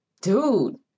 dude